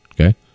Okay